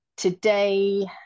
Today